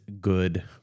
good